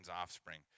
offspring